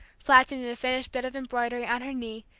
flattening a finished bit of embroidery on her knee,